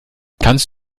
kannst